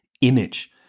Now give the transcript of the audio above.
image